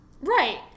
Right